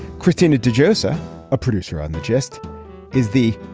christina de josiah a producer on the gist is the.